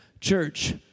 Church